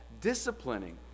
disciplining